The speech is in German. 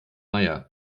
meier